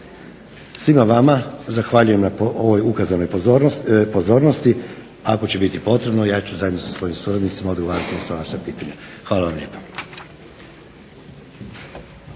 Svima vama zahvaljujem na ovoj ukazanoj pozornosti. Ako će biti potrebno ja ću zajedno sa svojim suradnicima odgovarati na sva vaša pitanja. Hvala vam lijepa.